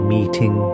Meeting